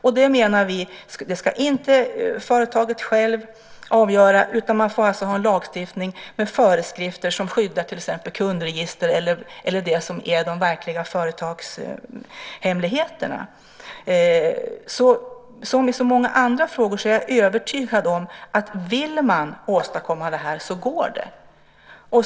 Vi menar att detta inte ska avgöras av företaget självt. I stället får man ha en lagstiftning med föreskrifter som skyddar till exempel kundregister eller det som är de verkliga företagshemligheterna. Som i så många andra frågor är jag övertygad om att man, om man verkligen vill, kan åstadkomma detta.